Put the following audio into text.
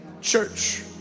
church